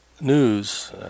news